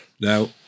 now